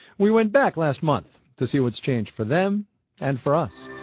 we went back last month to see what's changed for them and for us.